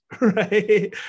right